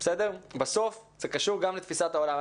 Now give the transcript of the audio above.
בסוף זה קשור גם לתפיסת העולם.